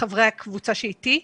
חברי הקבוצה שאיתי.